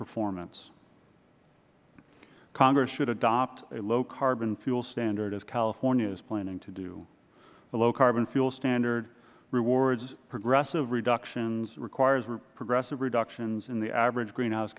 performance congress should adopt a low carbon fuel standard as california is planning to do the low carbon fuel standard rewards progressive reductions requires progressive reductions in the average greenhouse